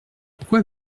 pourquoi